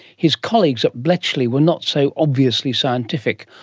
his colleagues at bletchley were not so obviously scientific.